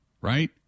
right